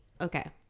okay